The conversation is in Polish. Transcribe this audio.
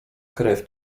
krew